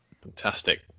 Fantastic